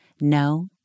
No